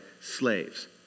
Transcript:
slaves